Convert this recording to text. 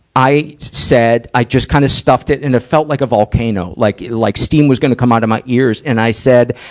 i said, i just kind of stuffed it and it felt like a volcano. like, like steam was gonna come out of my ears. and i said,